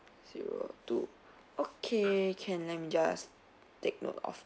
zero two okay can let me just take note of